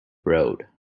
road